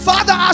Father